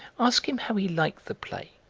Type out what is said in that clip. ask him how he liked the play.